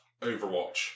Overwatch